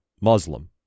Muslim